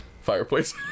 Fireplace